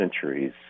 centuries